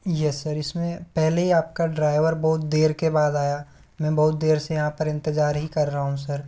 yes sir इसमें पहले ही आपका ड्राइवर बहुत देर के बाद आया